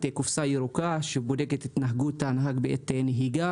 קופסה ירוקה שבודקת את התנהגות הנהג בעת נהיגה